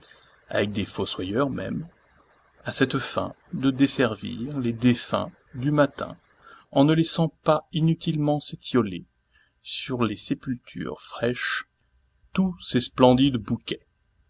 avec des fossoyeurs même à cette fin de desservir les défunts du matin en ne laissant pas inutilement s'étioler sur les sépultures fraîches tous ces splendides bouquets